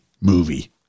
movie